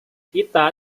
kita